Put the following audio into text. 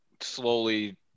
slowly